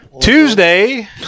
Tuesday